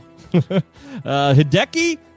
Hideki